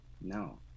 No